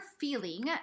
feeling